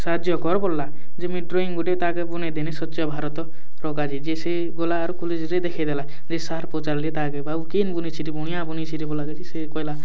ସାହାଯ୍ୟ କର୍ ବଲ୍ଲା ଯେ ମୁଇଁ ଡ୍ରଇଂ ଗୁଟେ ତା'କେ ବନେଇଦେଲି ସ୍ୱଚ୍ଛ ଭାରତ୍ ଯେ ସିଏ ଗଲା ଆର୍ କଲେଜ୍ରେ ଦେଖେଇଦେଲା ଯେ ସାର୍ ପଚ୍ରାଲେ ତ ଆଗେ ବାବୁ କେନ୍ ବନେଇଛେ ରେ ବଢ଼ିଆଁ ବନେଇଛେ ରେ ବୋଲିକରି ସେ କହେଲା